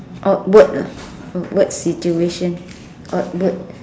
orh work work situation orh work